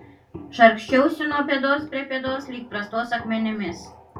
žargsčiausi nuo pėdos prie pėdos lyg brastos akmenimis